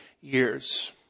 years